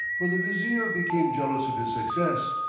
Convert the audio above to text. for the vizier became jealous of his success,